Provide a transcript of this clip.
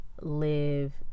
live